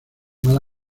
mala